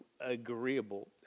agreeable